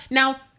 Now